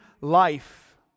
life